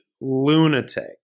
lunatic